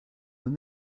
when